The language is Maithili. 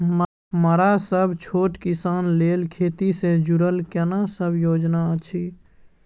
मरा सब छोट किसान लेल खेती से जुरल केना सब योजना अछि?